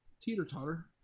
teeter-totter